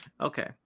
Okay